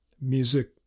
Music